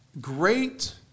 great